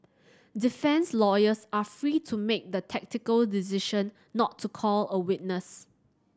defence lawyers are free to make the tactical decision not to call a witness